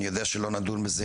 אני יודע שלא נדון בזה,